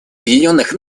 объединенных